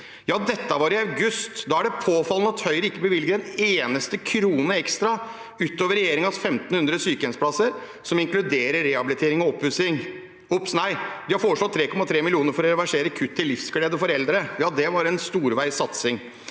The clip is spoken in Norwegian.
Dette var i august. Da er det påfallende at Høyre ikke bevilger én eneste krone ekstra utover regjeringens 1 500 sykehjemsplasser, som inkluderer rehabilitering og oppussing. De har foreslått 3,3 mill. kr for å reversere kuttet til Livsglede for Eldre. Ja, det var en storveis satsing.